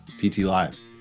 ptlive